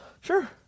Sure